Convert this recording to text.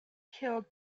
killed